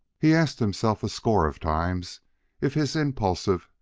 he asked himself a score of times if his impulsive,